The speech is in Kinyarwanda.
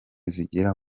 zigira